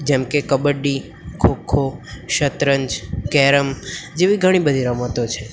જેમકે કે કબડ્ડી ખો ખો શતરંજ કેરમ જેવી ઘણી બધી રમતો છે